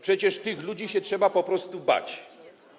Przecież tych ludzi się trzeba po prostu bać.